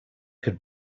could